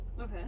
Okay